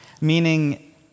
meaning